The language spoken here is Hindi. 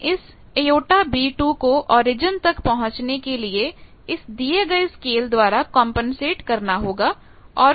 हमें इस jB2 कोओरिजिन तक पहुंचने के लिए इस दिए गए स्केल द्वारा कंपनसेट करना होगा